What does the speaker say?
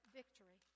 victory